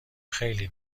خیلی